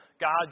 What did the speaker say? God